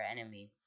enemy